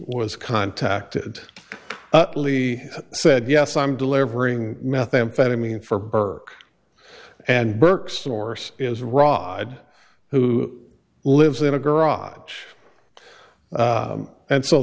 was contacted at lee said yes i'm delivering methamphetamine for burke and burke source is rod who lives in a garage and so